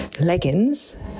leggings